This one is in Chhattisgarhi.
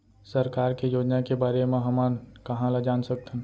सरकार के योजना के बारे म हमन कहाँ ल जान सकथन?